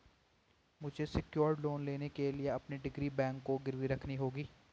मुझे secured loan लेने के लिए अपनी डिग्री बैंक को गिरवी रखनी होगी